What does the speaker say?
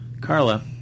Carla